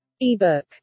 ebook